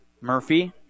Murphy